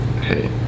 hey